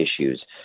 issues